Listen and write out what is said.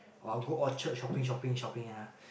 or go Orchard shopping shopping shopping ah